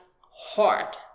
hard